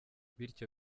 bityo